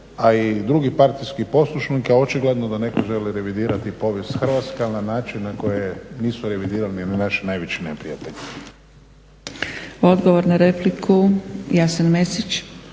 a i drugih partijskih poslušnika očigledno da netko želi revidirati povijest Hrvatske ali na načine na koje nisu revidirali ni naši najveći neprijatelji. **Zgrebec, Dragica